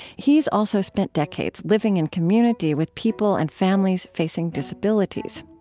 he's also spent decades living in community with people and families facing disabilities.